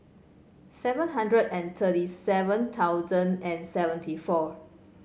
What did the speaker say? seven hundred and thirty seven thousand and seventy four